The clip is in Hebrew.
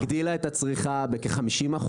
הגדילה את הצריכה בכ-50%,